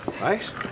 right